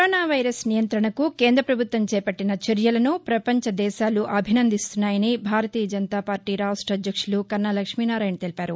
corona virus నియంత్రణకు కేంద ప్రభుత్వం చేవట్టిన చర్యలను పవంచ దేశాలు అభినందిస్తున్నాయని భారతీయ జనతా పార్టీ రాష్ట అధ్యక్షులు కన్నా లక్ష్మీనారాయణ తెలిపారు